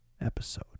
episode